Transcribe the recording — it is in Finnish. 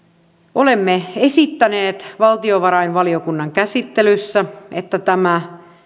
olemme esittäneet valtiovarainvaliokunnan käsittelyssä että tämä